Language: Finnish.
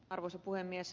arvoisa puhemies